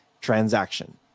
transaction